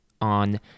on